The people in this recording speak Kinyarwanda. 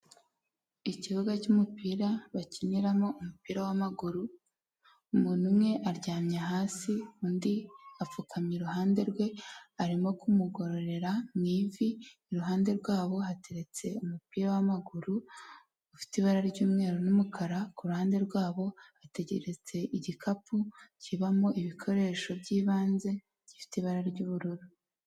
Ikibuga cy'umupira bakiniramo umupira w'amaguru ,umuntu umwe aryamye hasi ,undi apfukamye iruhande rwe arimo kumugororera mu ivi iruhande rwabo hateretse umupira wa maguru ufite ibara ry'umweru n'umukara kuruhande rwabo ateretse igikapu kibamo ibikoresho by'ibanze gifite ibara ry'ubururu.